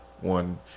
one